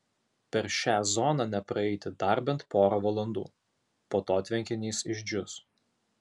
per šią zoną nepraeiti dar bent porą valandų po to tvenkinys išdžius